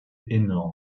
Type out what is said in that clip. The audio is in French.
énorme